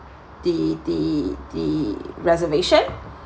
the the the reservation